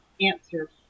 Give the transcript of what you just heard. answer